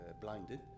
blinded